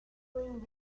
doing